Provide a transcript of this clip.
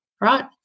right